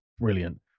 Brilliant